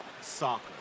Soccer